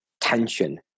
tension